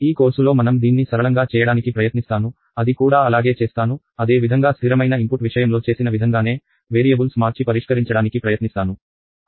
ఈ కోర్సులో మనం దీన్ని సరళంగా చేయడానికి ప్రయత్నిస్తాను అది కూడా అలాగే చేస్తాను అదే విధంగా స్ధిరమైన ఇన్పుట్ విషయంలో చేసిన విధంగానే వేరియబుల్స్ మార్చి పరిష్కరించడానికి ప్రయత్నిస్తాను